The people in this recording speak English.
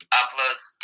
uploads